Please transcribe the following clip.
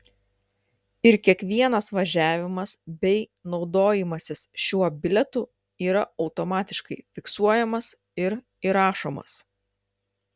ir kiekvienas važiavimas bei naudojimasis šiuo bilietu yra automatiškai fiksuojamas ir įrašomas